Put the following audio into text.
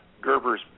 Gerber's